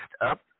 up